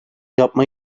yapma